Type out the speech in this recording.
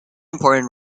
important